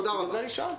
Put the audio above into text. תודה רבה.